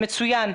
מצוין.